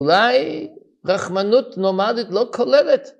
‫אולי רחמנות נורמלית לא כוללת.